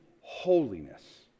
holiness